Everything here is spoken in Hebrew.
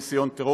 אלא משך הנאום,